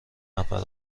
نفر